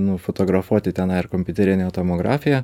nufotografuoti tenai ar kompiuterinę tomografiją